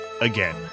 again